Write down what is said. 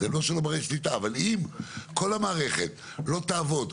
אם כל המערכת לא תעבוד,